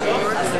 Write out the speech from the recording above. מה לעשות?